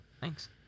Thanks